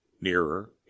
Nearer